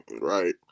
right